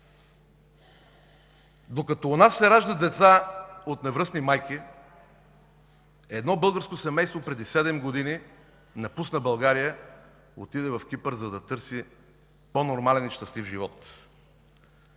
Докато у нас се раждат деца от невръстни майки, едно българско семейство преди седем години напусна България – отиде в Кипър, за да търси по-нормален и щастлив живот.